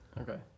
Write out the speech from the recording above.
Okay